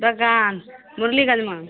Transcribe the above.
दोकान मुरलीगञ्जमे